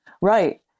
Right